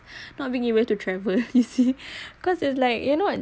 not being able to travel you see cause it's like you know